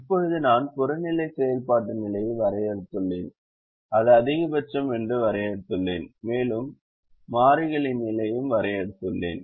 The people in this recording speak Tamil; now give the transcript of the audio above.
இப்போது நான் புறநிலை செயல்பாட்டு நிலையை வரையறுத்துள்ளேன் அது அதிகபட்சம் என்று வரையறுத்துள்ளேன் மேலும் மாறிகளின் நிலையையும் வரையறுத்துள்ளேன்